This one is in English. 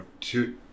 two